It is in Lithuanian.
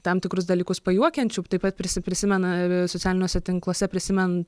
tam tikrus dalykus pajuokiančių taip pat prisi prisimena socialiniuose tinkluose prisimen